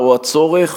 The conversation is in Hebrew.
ההחלטה, או הצורך,